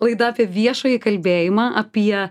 laida apie viešąjį kalbėjimą apie